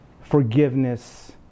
forgiveness